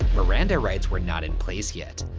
miranda rights were not in place yet.